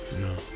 No